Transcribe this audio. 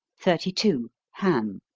thirty two. ham.